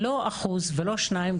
לא אחוז ולא שניים,